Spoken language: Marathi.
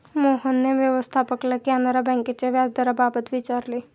मोहनने व्यवस्थापकाला कॅनरा बँकेच्या व्याजदराबाबत विचारले